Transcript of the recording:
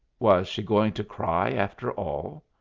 was she going to cry, after all?